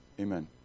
amen